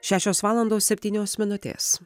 šešios valandos septynios minutės